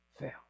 fail